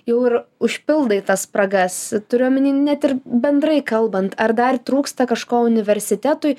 jaui ir užpildai tas spragas turiu omeny net ir bendrai kalbant ar dar trūksta kažko universitetui